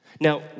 Now